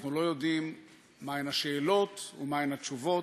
אנחנו לא יודעים מהן השאלות ומהן התשובות.